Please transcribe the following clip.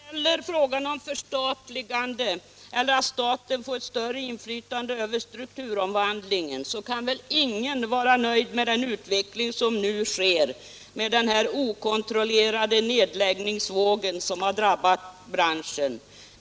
Herr talman! När det gäller frågan om förstatligande — eller att staten får större inflytande över strukturomvandlingen — så kan väl ingen vara nöjd med den utveckling som nu sker, med den okontrollerade nedläggningsvåg som har drabbat branschen.